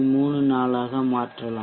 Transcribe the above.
34 ஆக மாற்றலாம்